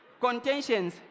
Contentions